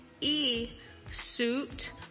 E-Suit